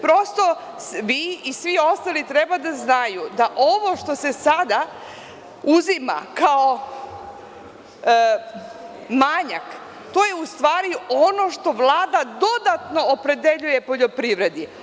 Prosto, vi i svi ostali treba da znaju da ovo što se sada uzima kao manjak, to je u stvari ono što Vlada dodatno opredeljuje poljoprivredi.